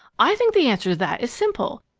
i think the answer to that is simple.